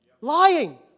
Lying